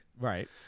Right